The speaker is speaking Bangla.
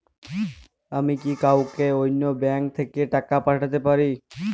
আমি কি কাউকে অন্য ব্যাংক থেকে টাকা পাঠাতে পারি?